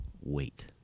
Wait